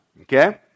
Okay